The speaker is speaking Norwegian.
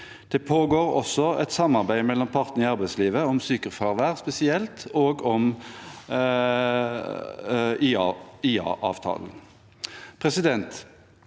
Det pågår også et samarbeid mellom partene i arbeidslivet om sykefravær spesielt og om IA-avtalen.